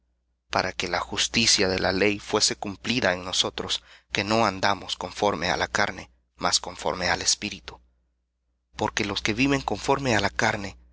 para que la justicia de la ley fuese cumplida en nosotros que no andamos conforme á la carne mas conforme al espíritu porque los que viven conforme á la carne